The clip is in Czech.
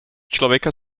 člověka